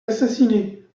assassinée